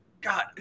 God